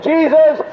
Jesus